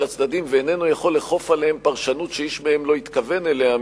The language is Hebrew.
הצדדים ואינו יכול לאכוף עליהם פרשנות שאיש מהם לא התכוון אליה,